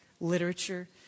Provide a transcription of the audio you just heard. literature